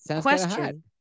question